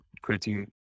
creating